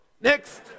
Next